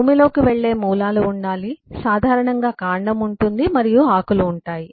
భూమిలోకి వెళ్ళే మూలాలు ఉండాలి సాధారణంగా కాండం ఉంటుంది మరియు ఆకులు ఉంటాయి